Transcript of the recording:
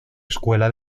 escuela